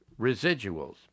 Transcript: residuals